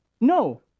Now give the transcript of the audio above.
No